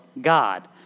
God